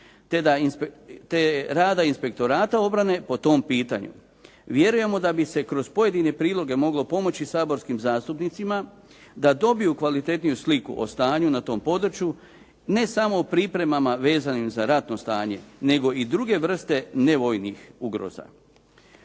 te rada Inspektorata obrane po tom pitanju. Vjerujemo da bi se kroz pojedine priloge moglo pomoći saborskim zastupnicima da dobiju kvalitetniju sliku o stanju na tom području, ne samo o pripremama vezanim za ratno stanje, nego i druge vrste nevojnih ugroza.